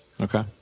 Okay